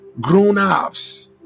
grown-ups